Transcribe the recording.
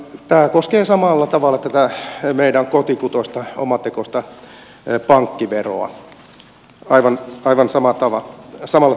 tämä koskee aivan samalla tavalla tätä meidän kotikutoista omatekoista pankkiveroa